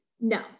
no